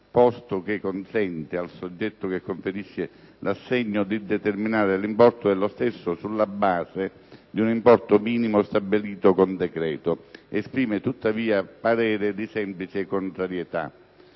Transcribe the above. posto che consente al soggetto che conferisce l'assegno di determinare l'importo dello stesso sulla base di un importo minimo stabilito con decreto, esprime, tuttavia, parere di semplice contrarietà.